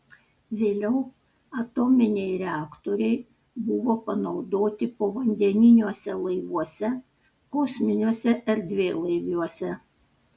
vėliau atominiai reaktoriai buvo panaudoti povandeniniuose laivuose kosminiuose erdvėlaiviuose